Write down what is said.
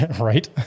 Right